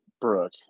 brooke